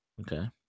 okay